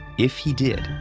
if he did,